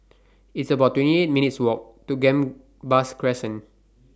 It's about twenty eight minutes' Walk to Gambas Crescent